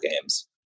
games